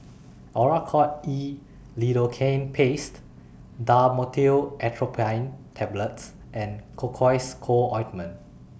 Oracort E Lidocaine Paste Dhamotil Atropine Tablets and Cocois Co Ointment